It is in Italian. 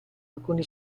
alcuni